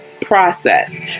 process